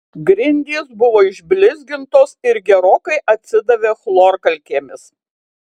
grindys buvo išblizgintos ir gerokai atsidavė chlorkalkėmis